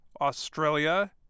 Australia